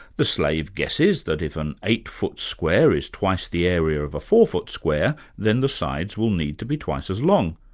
the slave guesses that if an eight foot square is twice the area of a four foot square, then the sides will need to be twice as long.